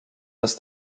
dass